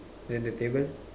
then the table